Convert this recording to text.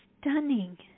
stunning